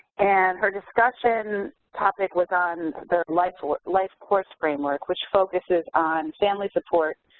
and her discussion topic was on the life life course framework which focuses on family support,